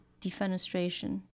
defenestration